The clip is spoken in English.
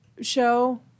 show